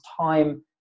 time